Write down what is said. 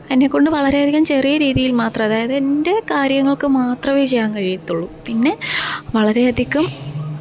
എന്നെക്കൊണ്ട് വളരെയധികം ചെറിയ രീതിയില് മാത്രം അതായത് എന്റെ കാര്യങ്ങള്ക്ക് മാത്രമേ ചെയ്യാന് കഴിയത്തുള്ളു പിന്നെ വളരെ അധികം